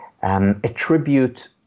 Attribute